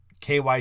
KY